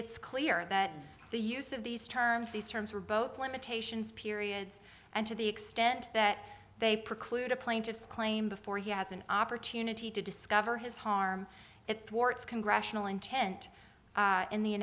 it's clear that the use of these terms these terms are both limitations periods and to the extent that they preclude a plaintiff's claim before he has an opportunity to discover his harm it thwarts congressional intent in the